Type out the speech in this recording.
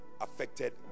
affected